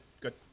Good